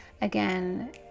again